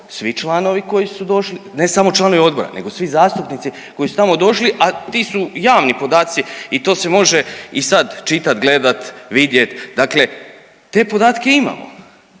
svi članovi koji su došli, ne samo članovi odbora nego svi zastupnici koji su tamo došli, a ti su javni podaci i to se može i sad čitat, gledat, vidjet, dakle te podatke imamo,